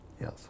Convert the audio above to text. Yes